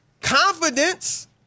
confidence